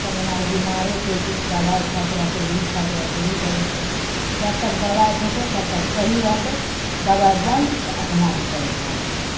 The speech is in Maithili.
सबदिना ओ बेमारेके दवाइ खाइत रहतै हे ई खाइत रहतै हे ओ खाइत रहतै जबतक दवाइ खएतै तबतक सही रहतै दवाइ बन्द तऽ अपना भी बन्द भए जएतै